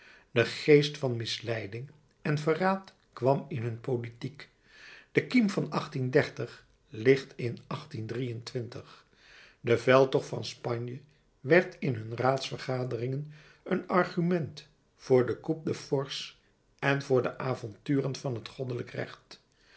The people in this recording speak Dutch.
de geest van misleiding en verraad kwam in hun politiek de kiem van ligt in de veldtocht van spanje werd in hun raadsvergaderingen een argument voor de coup's de force en voor de avonturen van het goddelijk recht